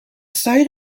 site